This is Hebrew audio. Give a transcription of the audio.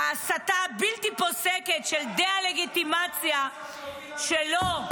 ההסתה הבלתי-פוסקת של דה-הלגיטימציה שלו.